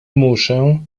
muszę